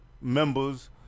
members